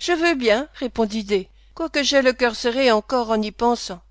je veux bien répondit d quoique j'aie le cœur serré encore en y pensant